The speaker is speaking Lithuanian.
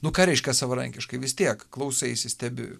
nu ką reiškia savarankiškai vis tiek klausaisi stebi